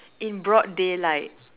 in broad daylight